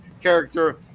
character